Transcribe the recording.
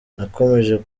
nakomeje